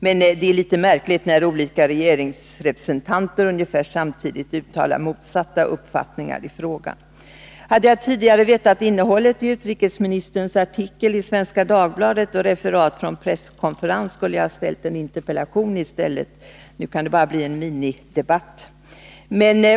Men nog är det märkligt när olika regeringsrepresentanter ungefär samtidigt uttalar motsatta uppfattningar i frågan. Hade jag tidigare känt till innehållet i utrikesministerns artikel i Svenska Dagbladet och referatet från presskonferensen, skulle jag ha ställt en interpellation i stället. Nu kan det bara bli en minidebatt.